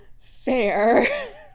Fair